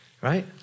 right